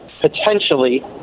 potentially